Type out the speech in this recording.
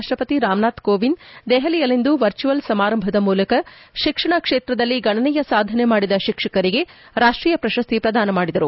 ರಾಷ್ಷಪತಿ ರಾಮನಾಥ್ ಕೋವಿಂದ್ ದೆಹಲಿಯಲ್ಲಿಂದು ವರ್ಚುವಲ್ ಸಮಾರಂಭದ ಮೂಲಕ ಶಿಕ್ಷಣ ಕ್ಷೇತ್ರದಲ್ಲಿ ಗಣನೀಯ ಸಾಧನೆ ಮಾಡಿದ ಶಿಕ್ಷಕರಿಗೆ ರಾಷ್ಷೀಯ ಪ್ರಶಸ್ತಿ ಪ್ರದಾನ ಮಾಡಿದರು